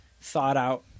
thought-out